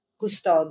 custode